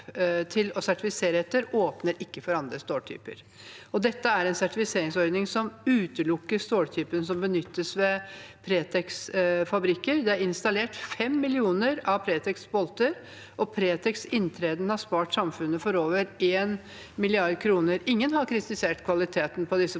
og sertifiserer etter, åpner ikke for andre ståltyper. Dette er en sertifiseringsordning som utelukker ståltypen som benyttes ved Pretecs fabrikker. Det er installert 5 millioner av Pretecs bolter, og Pretecs inntreden har spart samfunnet for over 1 mrd. kr. Ingen har kritisert kvaliteten på disse boltene.